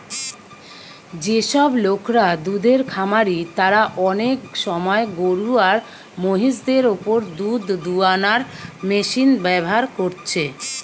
যেসব লোকরা দুধের খামারি তারা অনেক সময় গরু আর মহিষ দের উপর দুধ দুয়ানার মেশিন ব্যাভার কোরছে